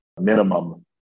minimum